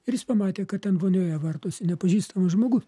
ir jis pamatė kad ten vonioje vartosi nepažįstamas žmogus